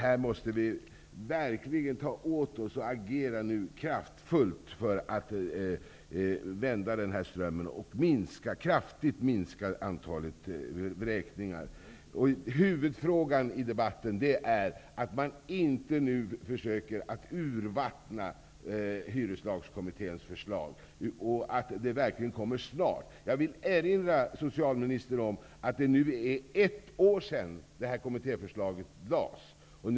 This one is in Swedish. Vi måste verkligen agera kraftfullt för att vända strömmen och minska antalet vräkningar. Huvudfrågan är att inte urvattna hyreslagskommitténs förslag. Det är också angeläget att lagrådsremissen kommer snart. Jag vill erinra socialministern om att det är ett år sedan kommittéförslaget lades fram.